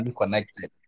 connected